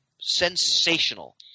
sensational